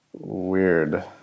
Weird